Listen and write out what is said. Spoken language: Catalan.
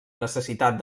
necessitat